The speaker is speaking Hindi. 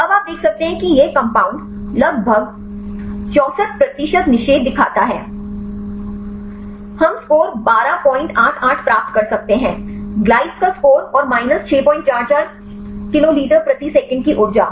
अब आप देख सकते हैं कि ये कंपाउंड लगभग 64 प्रतिशत निषेध दिखाता हैं हम स्कोर 1288 प्राप्त कर सकते हैं ग्लाइड्स का स्कोर और माइनस 644 किलोलीटर प्रति सेकंड की ऊर्जा